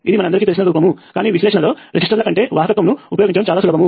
ఇది మన అందరికీ తెలిసిన రూపం కానీ విశ్లేషణలో రెసిస్టెన్స్ల కంటే వాహకత్వమును ఉపయోగించడం చాలా సులభం